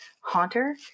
Haunter